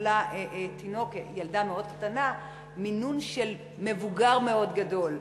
קיבלה ילדה מאוד קטנה מינון של מבוגר גדול,